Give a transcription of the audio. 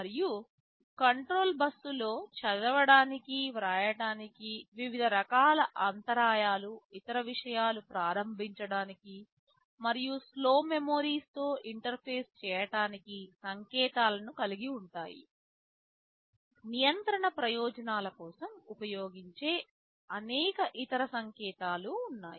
మరియు control bus లో చదవటానికి వ్రాయటానికి వివిధ రకాల అంతరాయాలు ఇతర విషయాలు ప్రారంభించడానికి మరియు స్లో మెమోరీస్ తో ఇంటర్ఫేస్ చేయటానికి సంకేతాలను కలిగి ఉంటాయి నియంత్రణ ప్రయోజనాల కోసం ఉపయోగించే అనేక ఇతర సంకేతాలు ఉన్నాయి